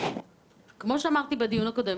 כמו שאמרתי בדיון הקודם,